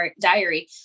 diary